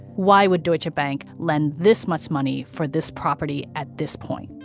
why would deutsche ah bank lend this much money for this property at this point?